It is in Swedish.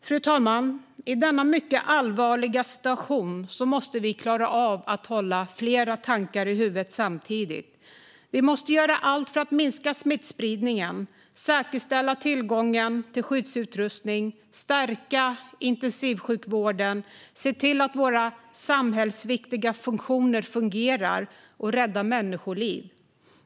Fru talman! I denna mycket allvarliga situation måste vi klara av att hålla flera tankar i huvudet samtidigt. Vi måste göra allt för att minska smittspridningen, säkerställa tillgången till skyddsutrustning, stärka intensivsjukvården, se till att våra samhällsviktiga funktioner fungerar och rädda människoliv.